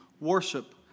worship